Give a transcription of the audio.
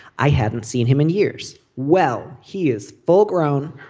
i hadn't seen him in years. well he is full grown